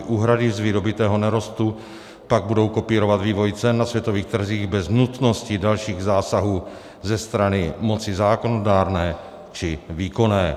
Úhrady z vydobytého nerostu pak budou kopírovat vývoj cen na světových trzích bez nutnosti dalších zásahů ze strany moci zákonodárné či výkonné.